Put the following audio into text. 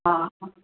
हा